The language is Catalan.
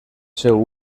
seu